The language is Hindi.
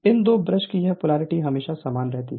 इन दो ब्रश की यह पोलैरिटी हमेशा समान रहती है